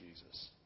Jesus